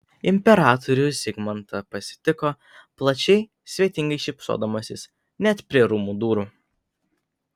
imperatorių zigmantą pasitiko plačiai svetingai šypsodamasis net prie rūmų durų